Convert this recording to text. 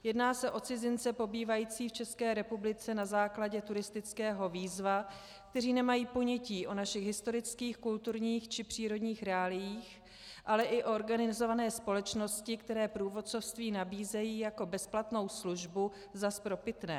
Jedná se o cizince pobývající v České republice na základě turistického víza, kteří nemají ponětí o našich historických, kulturních či přírodních reáliích, ale i o organizované společnosti, které průvodcovství nabízejí jako bezplatnou službu za spropitné.